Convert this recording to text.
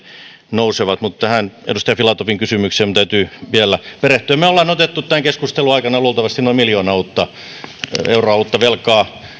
nousevat mutta tähän edustaja filatovin kysymykseen minun täytyy vielä perehtyä me olemme ottaneet tämän keskustelun aikana luultavasti noin miljoona euroa uutta velkaa